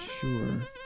sure